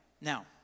Now